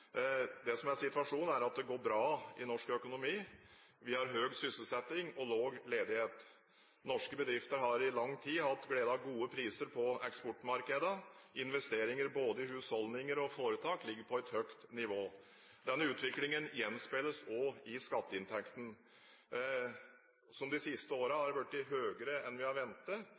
Det som er situasjonen, er at det går bra i norsk økonomi. Vi har høy sysselsetting og lav ledighet. Norske bedrifter har i lang tid hatt glede av gode priser på eksportmarkedene. Investeringer både i husholdninger og foretak ligger på et høyt nivå. Denne utviklingen gjenspeiles også i skatteinntektene, som de siste årene har blitt høyere enn vi har ventet.